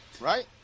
right